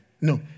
No